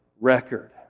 record